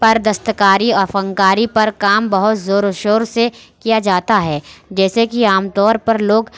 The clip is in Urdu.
پر دستکاری اور فنکاری پر کام بہت زور و شور سے کیا جاتا ہے جیسے کہ عام طور پر لوگ